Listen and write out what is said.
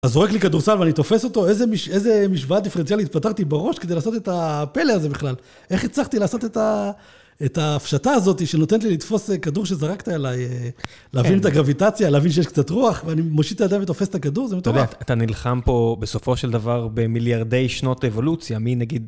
אז זורק לי כדור סל ואני תופס אותו, איזה משוואה דיפרנציאלית פתרתי בראש כדי לעשות את הפלא הזה בכלל? איך הצלחתי לעשות את ההפשטה הזאת שנותנת לי לתפוס כדור שזרקת עליי? להבין את הגרביטציה, להבין שיש קצת רוח, ואני מושיט את הידיים ותופס את הכדור? זה מטורף. אתה נלחם פה, בסופו של דבר, במיליארדי שנות אבולוציה.מנגיד